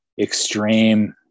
extreme